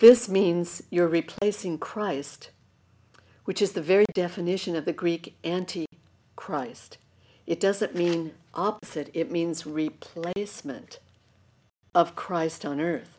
this means you're replacing christ which is the very definition of the greek anti christ it doesn't mean opposite it means replacements of christ on